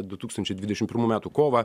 du tūkstančiai dvidešim pirmų metų kovą